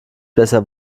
besser